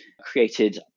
created